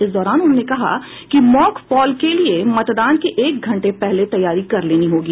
इस दौरान उन्होंने कहा कि मॉक पोल के लिये मतदान के एक घंटा पहले तैयारी कर लेनी होगी